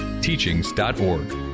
teachings.org